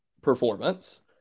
performance